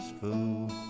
fool